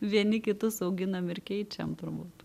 vieni kitus auginam ir keičiam turbūt